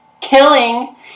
killing